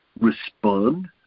respond